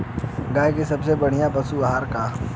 गाय के सबसे बढ़िया पशु आहार का ह?